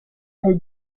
elle